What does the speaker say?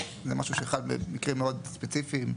זה משהו שחל במקרים מאוד ספציפיים,